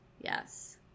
yes